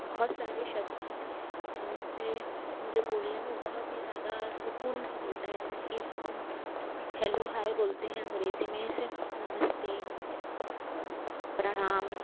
बहुत सारे शब्द हैं जिनसे मुझे बोलने में बहुत ही ज़्यादा सुकून मिलता है जैसे कि हम हैलो हाय बोलते हैं अंग्रेजी में इसे नमस्ते और प्रणाम